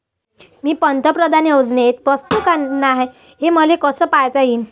मी पंतप्रधान योजनेत बसतो का नाय, हे मले कस पायता येईन?